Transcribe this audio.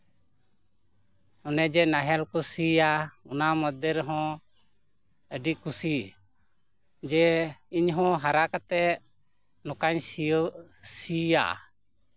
ᱚᱱᱮ ᱡᱮ ᱱᱟᱦᱮᱞ ᱠᱚ ᱥᱤᱭᱟ ᱚᱱᱟ ᱢᱚᱫᱽᱫᱷᱮ ᱨᱮᱦᱚᱸ ᱟᱹᱰᱤ ᱠᱩᱥᱤ ᱡᱮ ᱤᱧ ᱦᱚᱸ ᱦᱟᱨᱟ ᱠᱟᱛᱮ ᱱᱚᱠᱟᱧ ᱥᱤᱭᱳᱜ ᱥᱤᱭᱟ